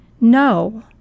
no